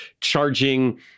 charging